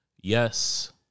yes